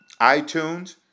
itunes